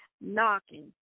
knocking